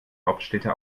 hauptstädte